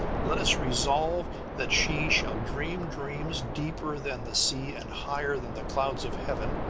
let us resolve that she shall dream dreams deeper than the sea and higher than the clouds of heaven,